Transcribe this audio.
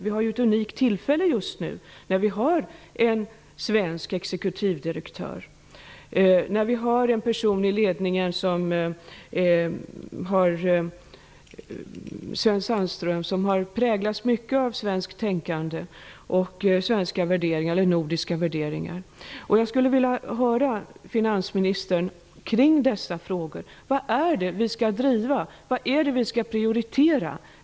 Vi har ett unikt tillfälle just nu, när vi har en svensk exekutivdirektör. Vi har en person i ledningen - Sven Sandström - som har präglats mycket av svenskt tänkande och svenska eller nordiska värderingar. Jag skulle vilja höra finansministern prata kring dessa frågor. Vad är det vi skall driva? Vad är det vi skall prioritera?